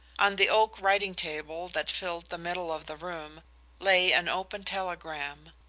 on the oak writing-table that filled the middle of the room lay an open telegram.